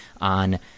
on